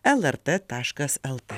lrt taškas lt